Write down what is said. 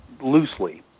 loosely